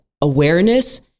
awareness